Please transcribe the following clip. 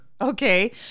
okay